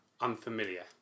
unfamiliar